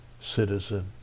citizen